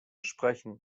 sprechen